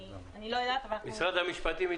משרד המשפטים איתנו?